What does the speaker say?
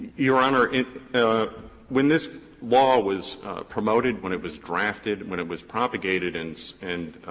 your honor, it when this law was promoted, when it was drafted, when it was propagated and and